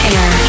Air